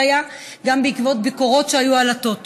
שהיה גם בעקבות ביקורות שהיו על הטוטו.